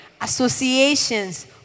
associations